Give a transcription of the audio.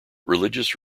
religious